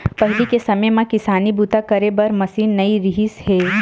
पहिली के समे म किसानी बूता करे बर मसीन नइ रिहिस हे